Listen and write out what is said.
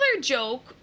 joke